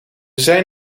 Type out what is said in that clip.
zijn